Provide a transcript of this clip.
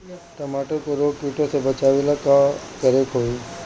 टमाटर को रोग कीटो से बचावेला का करेके होई?